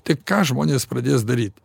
tai ką žmonės pradės daryt